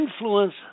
influence